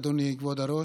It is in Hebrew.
אדוני כבוד היושב-ראש,